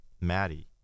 maddie